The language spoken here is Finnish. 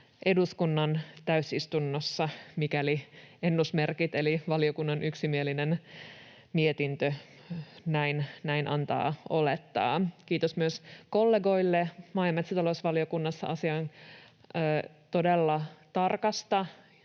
eduskunnan täysistunnossa, kuten ennusmerkit, eli valiokunnan yksimielinen mietintö, antavat olettaa. Kiitos myös kollegoille maa‑ ja metsätalousvaliokunnassa asian todella tarkasta